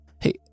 Hey